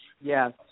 Yes